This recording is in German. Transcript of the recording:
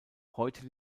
heute